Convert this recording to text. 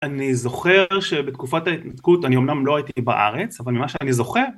אני זוכר שבתקופת ההתנתקות אני אמנם לא הייתי בארץ אבל ממה שאני זוכר